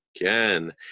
again